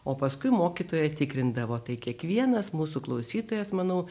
o paskui mokytoja tikrindavo tai kiekvienas mūsų klausytojas manau